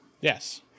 Yes